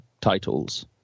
titles